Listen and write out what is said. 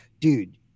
dude